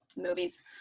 movies